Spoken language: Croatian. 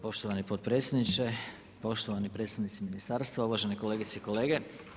Poštovani potpredsjedniče, poštovani predstavnici ministarstva, uvažene kolegice i kolege.